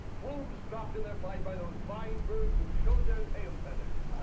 plumes dropped in their flight by those fine birds who showed their tail feathers!